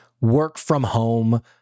work-from-home